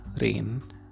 rain